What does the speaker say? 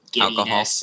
alcohol